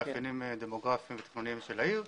מאפיינים דמוגרפיים של העיר.